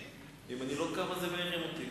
אם אני לא קם אז הילדים מעירים אותי,